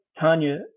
Tanya